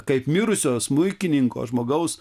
kaip mirusio smuikininko žmogaus